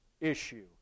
issue